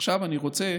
עכשיו אני רוצה,